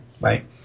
Right